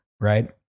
right